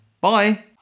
bye